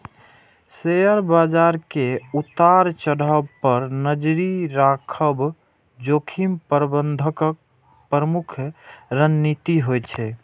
share बाजार के उतार चढ़ाव पर नजरि राखब जोखिम प्रबंधनक प्रमुख रणनीति होइ छै